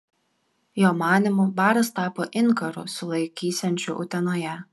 jo manymu baras tapo inkaru sulaikysiančiu utenoje